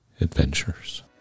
adventures